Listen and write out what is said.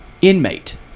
inmate